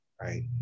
right